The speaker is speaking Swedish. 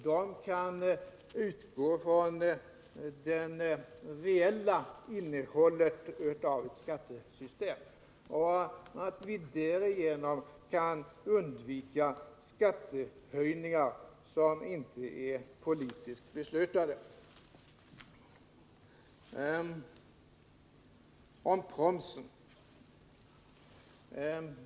Dessa kan då utgå från det reella innehållet i ett skattesystem, och vi kan under sådana förhållanden undvika skattehöjningar som inte är politiskt beslutade.